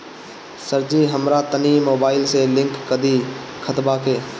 सरजी हमरा तनी मोबाइल से लिंक कदी खतबा के